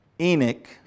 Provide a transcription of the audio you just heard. Enoch